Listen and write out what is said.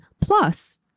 plus